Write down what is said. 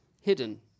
hidden